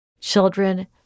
children